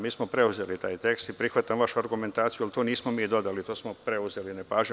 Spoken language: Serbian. Mi smo preuzeli taj tekst i prihvatam vašu argumentaciju, ali to nismo mi dodali, to smo preuzeli nepažnjom.